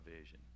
vision